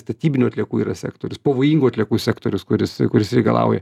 statybinių atliekų yra sektorius pavojingų atliekų sektorius kuris kuris reikalauja